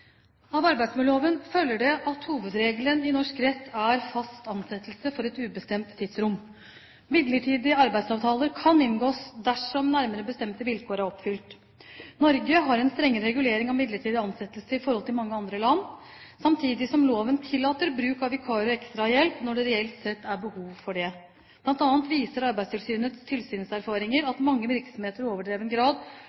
Av arbeidsmiljøloven følger at hovedregelen i norsk rett er fast ansettelse for et ubestemt tidsrom. Midlertidige arbeidsavtaler kan inngås dersom nærmere bestemte vilkår er oppfylt. Norge har en strengere regulering av midlertidige ansettelser enn mange andre land, samtidig som loven tillater bruk av vikarer og ekstrahjelp når det reelt sett er behov for det. Blant annet viser Arbeidstilsynets tilsynserfaringer